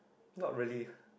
not really